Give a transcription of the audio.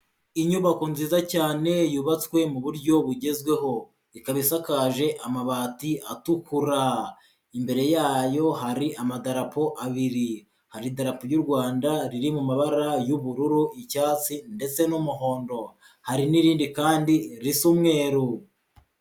Inyubako nziza cyane yubatswe mu buryo bugezweho, ikaba isakaje amabati atukura, imbere yayo hari amadarapo abiri, hari idarapo ry'u Rwanda riri mu mabara y'ubururu, icyatsi ndetse n'umuhondo, hari n'irindi kandi risa umweru.